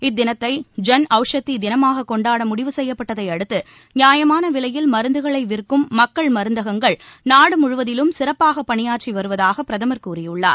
இத்தினத்தை ஜன் அவுஷதி தினமாக கொண்டாட முடிவு செய்யப்பட்டதையடுத்து நியாயமான விலையில் மருந்துகளை விற்கும் மக்கள் மருந்தகங்கள் நாடு முழுவதிலும் சிறப்பாக பணியாற்றி வருவதாக பிரதமர் கூறியுள்ளார்